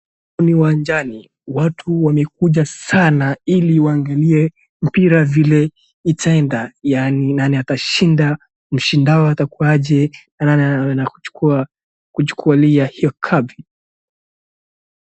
Humu ni uwanjani, watu wamekuja sana ili waangalie mpira vile itaenda, yaani nani atashinda, mshindawa atakuwa aje na nani anachukulia hiyo cup .